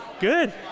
Good